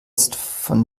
von